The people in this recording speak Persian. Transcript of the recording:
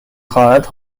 خواهرت